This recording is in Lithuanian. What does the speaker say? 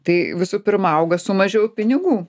tai visų pirma auga su mažiau pinigų